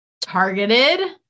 targeted